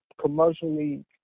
Commercially